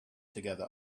together